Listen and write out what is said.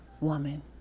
woman